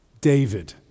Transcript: David